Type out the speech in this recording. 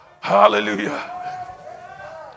hallelujah